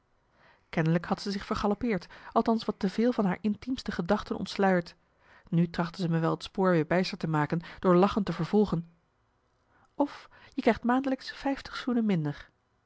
kennelijk had ze zich vergaloppeerd althans wat te veel van haar intiemste gedachten ontsluierd nu trachtte ze me wel het spoor weer bijster te maken door lachend te vervolgen of je krijgt maandelijks vijftig zoenen minder